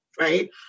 right